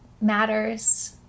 matters